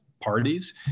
parties